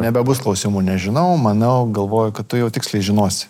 nebebus klausimų nežinau manau galvoju kad tu jau tiksliai žinosi